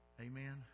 Amen